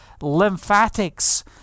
lymphatics